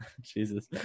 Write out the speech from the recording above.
Jesus